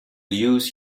use